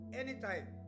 anytime